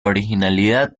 originalidad